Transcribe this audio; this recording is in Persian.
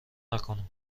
نکنم